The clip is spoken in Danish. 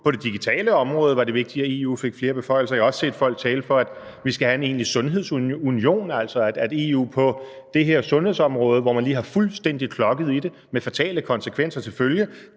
på det digitale område var vigtigt, at EU fik flere beføjelser, og jeg har også set folk tale for, at vi skal have en egentlig sundhedsunion, altså at EU på det her sundhedsområde, hvor man lige fuldstændig har klokket i det med fatale konsekvenser til følge,